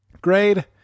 Grade